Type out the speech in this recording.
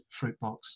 Fruitbox